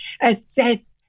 assess